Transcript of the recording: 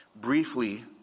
briefly